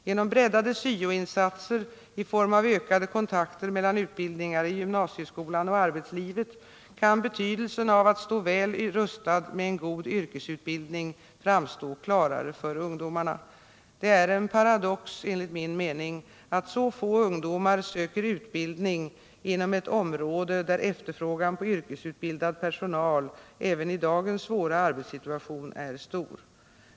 Genom breddade syoinsatser, i form av ökade kontakter mellan utbildningar i gymnasieskolan och arbetslivet, kan betydelsen av att stå väl rustad med en god yrkesutbildning framstå klarare för ungdomarna. Det är en paradox, enligt min mening, att så få ungdomar söker utbildning inom ett område där efterfrågan på yrkesutbildad personal även i dagens svåra arbetssituation är stor.